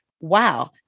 Wow